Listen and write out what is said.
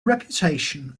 reputation